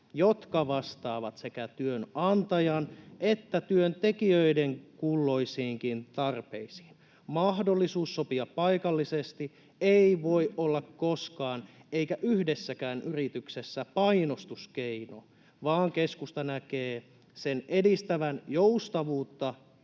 jotka vastaavat sekä työnantajan että työntekijöiden kulloisiinkin tarpeisiin. Mahdollisuus sopia paikallisesti ei voi olla koskaan eikä yhdessäkään yrityksessä painostuskeino, vaan keskusta näkee sen edistävän joustavuutta